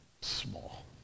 small